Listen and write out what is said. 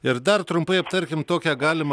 ir dar trumpai aptarkim tokią galimą